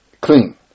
clean